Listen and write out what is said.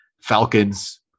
Falcons